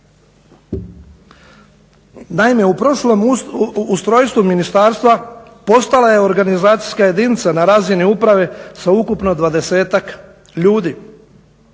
Naime, u prošlom ustrojstvu ministarstva postojala je organizacijska jedinica na razini uprave sa ukupno